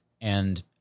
and-